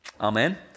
Amen